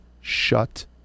shut